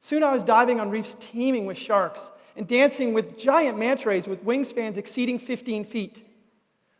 soon i was diving on reefs teeming with sharks and dancing with giant manta rays with wingspans exceeding fifteen feet